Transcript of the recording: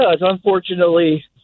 unfortunately